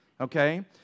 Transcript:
okay